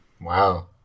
Wow